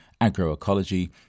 agroecology